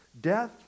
Death